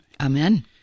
Amen